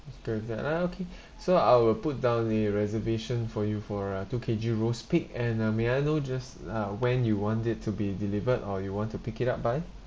good with that ah okay so I will put down the reservation for you for a two K_G roast pig and uh may I know just uh when you want it to be delivered or you want to pick it up by